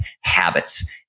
habits